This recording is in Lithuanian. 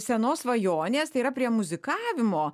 senos svajonės tai yra prie muzikavimo